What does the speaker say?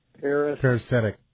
parasitic